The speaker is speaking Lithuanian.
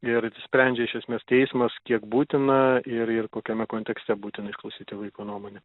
ir sprendžia iš esmės teismas kiek būtina ir ir kokiame kontekste būtina išklausyti vaiko nuomonę